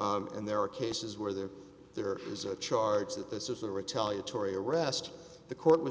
and there are cases where there there is a charge that this is a retaliatory arrest the court was